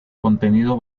contenido